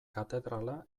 katedrala